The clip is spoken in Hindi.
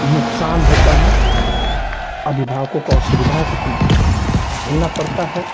नुकसान होता है अभिभावकों को असुविधा झेलना पड़ता है